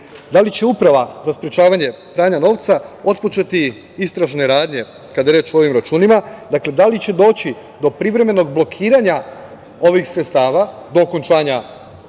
da li će Uprava za sprečavanje pranja novca otpočeti istražne radnje, kada je reč o ovim računima? Dakle, da li će doći do privremenog blokiranja ovih sredstava, do okončanja